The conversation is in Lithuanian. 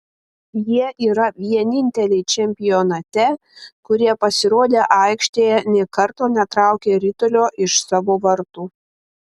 jie yra vieninteliai čempionate kurie pasirodę aikštėje nė karto netraukė ritulio iš savo vartų